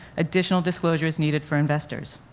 additional disclosure is needed for investors.